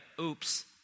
oops